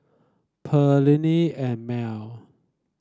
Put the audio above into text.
Perllini and Mel